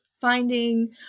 finding